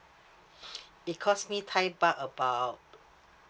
it cost me thai baht about